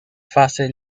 fase